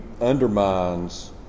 undermines